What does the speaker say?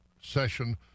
session